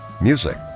Music